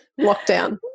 lockdown